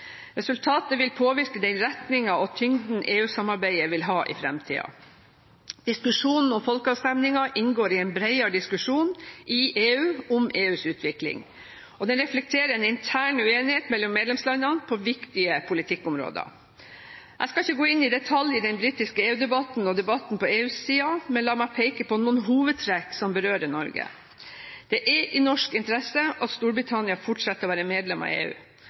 Resultatet vil påvirke den retningen og tyngden EU-samarbeidet vil ha i fremtiden. Diskusjonen om folkeavstemningen inngår i en bredere diskusjon i EU om EUs utvikling, og den reflekterer en intern uenighet mellom medlemslandene på viktige politikkområder. Jeg skal ikke gå inn i detaljene i den britiske EU-debatten og debatten på EU-siden, men la meg peke på noen hovedtrekk som berører Norge. Det er i norsk interesse at Storbritannia fortsetter å være medlem av EU.